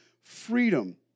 freedom